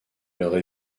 leurs